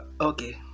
Okay